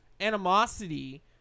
animosity